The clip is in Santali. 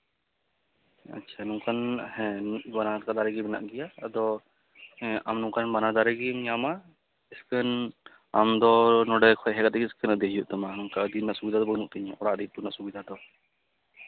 ᱟᱪᱪᱷᱟ ᱱᱚᱝᱠᱟᱱ ᱦᱮᱸ ᱵᱟᱱᱟᱨ ᱞᱮᱠᱟ ᱫᱟᱨᱮᱜᱮ ᱢᱮᱱᱟᱜ ᱜᱮᱭᱟ ᱟᱫᱚ ᱦᱮᱸ ᱟᱢ ᱱᱚᱝᱠᱟᱱ ᱵᱟᱱᱟᱨ ᱫᱟᱨᱮ ᱜᱮᱢ ᱧᱟᱢᱟ ᱴᱷᱤᱠᱟᱹᱱ ᱟᱢᱫᱚ ᱱᱚᱸᱰᱮ ᱠᱷᱚᱱ ᱦᱮᱡ ᱠᱟᱛᱮᱫ ᱜᱮ ᱫᱮᱡ ᱦᱩᱭᱩᱜ ᱛᱟᱢᱟ ᱱᱚᱝᱠᱟ ᱤᱫᱤ ᱨᱮᱱᱟᱜ ᱥᱩᱵᱤᱫᱷᱟ ᱫᱚ ᱵᱟᱹᱱᱩᱜ ᱛᱤᱧᱟᱹ ᱚᱲᱟᱜ ᱨᱮ ᱤᱫᱤ ᱨᱮᱱᱟᱜ ᱥᱩᱵᱤᱫᱷᱟ ᱫᱚ